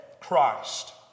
Christ